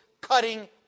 cutting